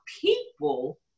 people